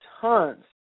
tons